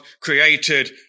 created